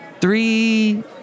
three